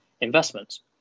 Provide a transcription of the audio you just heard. investments